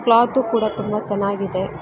cloth ಕೂಡ ತುಂಬ ಚೆನ್ನಾಗಿದೆ